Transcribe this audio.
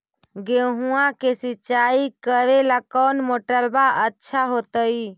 गेहुआ के सिंचाई करेला कौन मोटरबा अच्छा होतई?